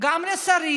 גם לשרים,